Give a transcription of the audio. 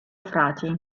frati